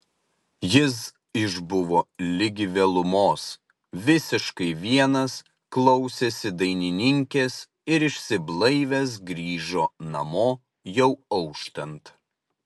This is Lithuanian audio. jis išbuvo ligi vėlumos visiškai vienas klausėsi dainininkės ir išsiblaivęs grįžo namo jau auštant